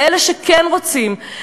לאלה שכן רוצים.